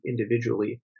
individually